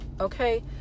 okay